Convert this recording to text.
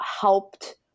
helped